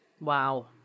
Wow